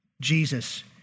Jesus